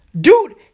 Dude